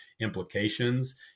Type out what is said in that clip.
implications